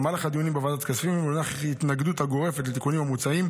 במהלך הדיונים בוועדת הכספים ולנוכח ההתנגדות הגורפת לתיקונים המוצעים,